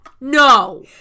no